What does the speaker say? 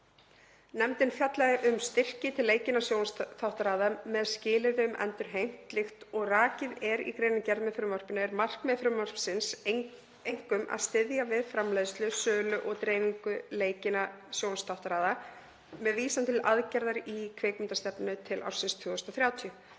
Nefndin fjallaði um styrki til leikinna sjónvarpsþáttaraða með skilyrði um endurheimt. Líkt og rakið er í greinargerð með frumvarpinu er markmið frumvarpsins einkum að styðja við framleiðslu, sölu og dreifingu leikinna sjónvarpsþáttaraða með vísan til aðgerðar í kvikmyndastefnu til ársins 2030.